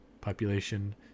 population